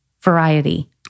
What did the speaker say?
variety